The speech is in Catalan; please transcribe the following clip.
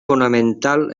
fonamental